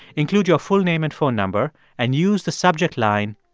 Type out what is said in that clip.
include your full name and phone number and use the subject line,